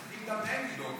צריך לדאוג גם להם.